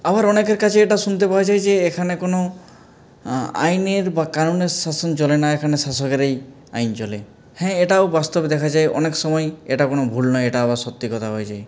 আবার অনেকের কাছে এটা শুনতে পাওয়া যায় যে এখানে কোনো আইনের বা কানুনের শাসন চলে না এখানে শাসকেরই আইন চলে হ্যাঁ এটাও বাস্তবে দেখা যায় অনেক সময় এটা কোনো ভুল নয় এটা আবার সত্যি কথা হয় যে